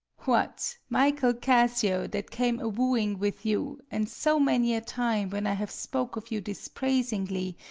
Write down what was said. what! michael cassio, that came awooing with you and so many a time, when i have spoke of you dispraisingly,